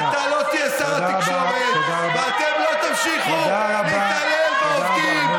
אתה לא תהיה שר התקשורת ואתם לא תמשיכו להתעלל בעובדים,